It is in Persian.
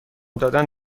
دادن